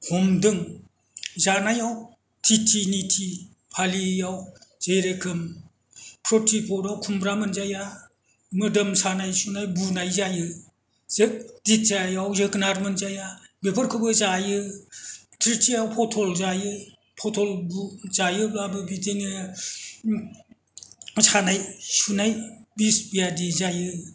हमदों जानायाव खेति निति फालियैयाव जे रोखोम प्रतिफदाव खुम्ब्रा मोनजाया मोदोम सानाय सुनाय बुनाय जायो जोग दितायाव जोगोनार मोनजाया बेफोरखौबो जायो त्रितियाव पटल जायो पटल जायोब्लाबो बिदिनो सानाय सुनाय बिस बायदि जायो